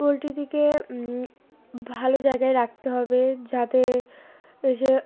poultry দিকে ভালো জায়গায় রাখতে হবে যাতে এসে